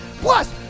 Plus